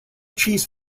cheese